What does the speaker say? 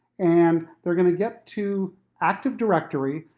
and they're gonna get to active directory,